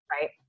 Right